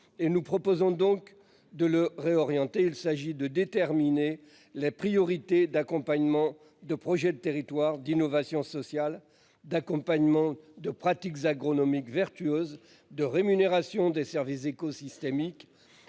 nous proposons donc de le réorienter. Il s'agit de déterminer les priorités d'accompagnement de projets de territoire d'innovations sociales d'accompagnement de pratiques agronomiques vertueuse de rémunération des services écosystémique